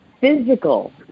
physical